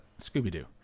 Scooby-Doo